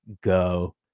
go